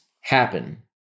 happen